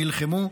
נלחמו,